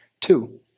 two